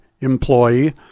employee